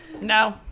No